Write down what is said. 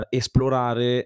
esplorare